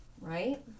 right